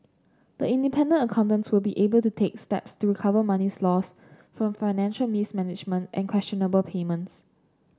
the independent accountants will be able to take steps to recover monies lost from financial mismanagement and questionable payments